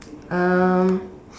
um